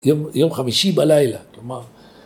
‫יום חמישי בלילה, כלומר...